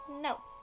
No